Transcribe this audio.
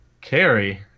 carry